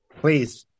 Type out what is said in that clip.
Please